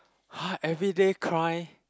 !huh! everyday cry